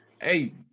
Hey